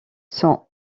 sans